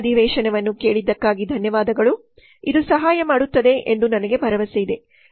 ಈ ಅಧಿವೇಶನವನ್ನು ಕೇಳಿದ್ದಕ್ಕಾಗಿ ಧನ್ಯವಾದಗಳು ಇದು ಸಹಾಯ ಮಾಡುತ್ತದೆ ಎಂದು ನಾನು ಭಾವಿಸುತ್ತೇನೆ